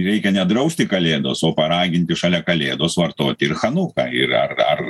reikia nedrausti kalėdos o paraginti šalia kalėdos vartoti ir chanuką ir ar ar